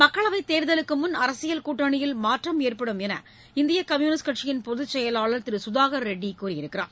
மக்களவைத் தேர்தலுக்கு முன் அரசியல் கூட்டணியில் மாற்றம் ஏற்படும் என்று இந்திய கம்யூனிஸ்ட் கட்சியின் பொதுச் செயலாளர் திரு சுதாகர் ரெட்டி கூறியுள்ளார்